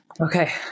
Okay